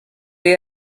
you